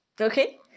Okay